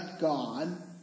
God